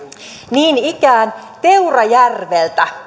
niin ikään teurajärvi